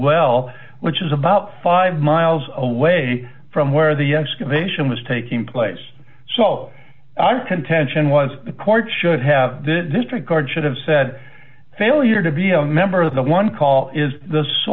well which is about five miles away from where the excavation was taking place so i'm contention was the court should have the district court should have said failure to be a member of the one call is th